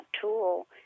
tool